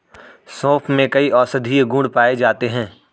सोंफ में कई औषधीय गुण पाए जाते हैं